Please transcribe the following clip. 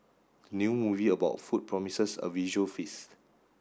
the new movie about food promises a visual feast